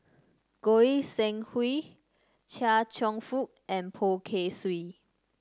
Goi Seng Hui Chia Cheong Fook and Poh Kay Swee